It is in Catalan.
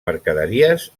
mercaderies